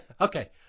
Okay